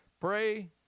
Pray